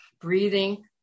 breathing